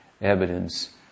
evidence